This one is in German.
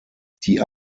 die